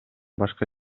башка